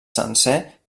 sencer